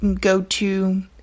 go-to